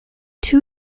two